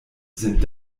sind